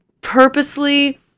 purposely